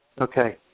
Okay